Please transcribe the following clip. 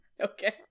Okay